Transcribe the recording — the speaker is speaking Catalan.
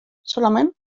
solament